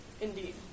Indeed